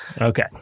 Okay